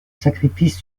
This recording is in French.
sacrifices